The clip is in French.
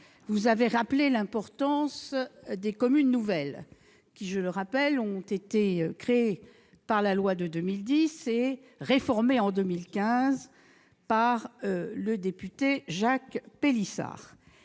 vous avez rappelé l'importance des communes nouvelles, qui ont été créées par la loi de 2010 et réformées en 2015 par le député Jacques Pélissard.